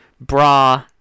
bra